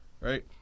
right